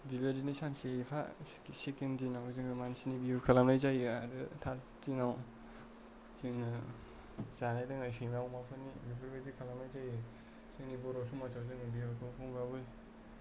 बिबादिनो सानसे एफा सेकेन्द दिनाव जोङो मानसिनि बिहु खालामनाय जायो आरो थार्द दिनाव जोङो जानाय लोंनाय सैमा अमाफोरनि बेफोरबायदि खालामनाय जायो जोंनि बर' समाजाव जोङो बेफोरखौ खमब्लाबो